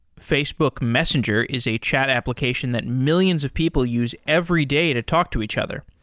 facebook messenger is a chat application that millions of people use every day to talk to each other.